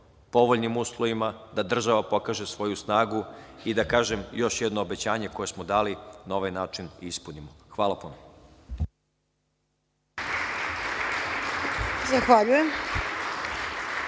povoljnim uslovima, da država pokaže svoju snagu i da još jedno obećanje koje smo dali na ovaj način i ispunimo. Hvala puno. **Snežana